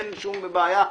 אין שום בעיה.